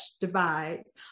divides